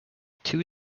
two